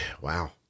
Wow